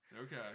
okay